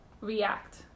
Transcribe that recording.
react